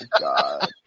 God